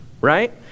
right